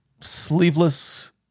sleeveless –